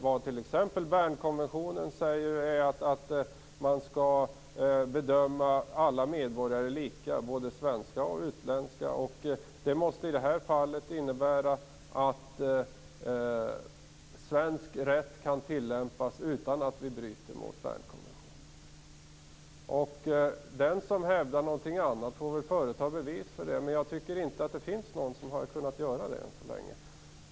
Vad t.ex. Bernkonventionen säger är att man skall bedöma alla medborgare lika, både svenska och utländska. Det måste i det här fallet innebära att svensk rätt kan tillämpas utan att vi bryter mot Bernkonventionen. Den som hävdar något annat får väl förelägga bevis för detta. Men jag tycker inte att det finns någon som har kunnat göra det än så länge.